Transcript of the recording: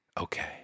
okay